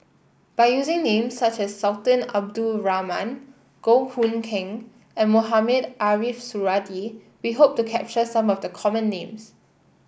by using names such as Sultan Abdul Rahman Goh Hood Keng and Mohamed Ariff Suradi we hope to capture some of the common names